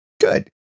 Good